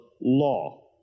law